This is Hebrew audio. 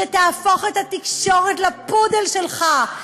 שתהפוך את התקשורת לפודל שלך,